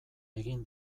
egin